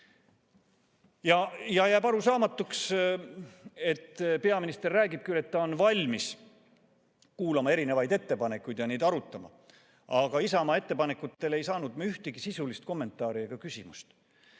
Jääb arusaamatuks ka see: peaminister räägib küll, et ta on valmis kuulama erinevaid ettepanekuid ja neid arutama, aga Isamaa ettepanekutele ei saanud me ühtegi sisulist kommentaari ega küsimust.